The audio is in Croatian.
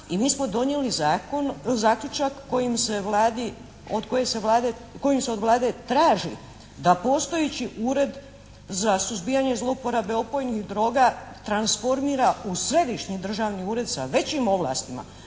i mi smo donijeli zaključak kojim se od Vlade traži da postojeći Ured za suzbijanje zlouporabe opojnih droga transformira u središnji državni ured sa većim ovlastima.